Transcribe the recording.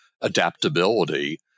adaptability